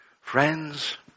Friends